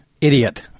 idiot